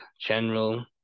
general